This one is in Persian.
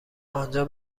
آنجا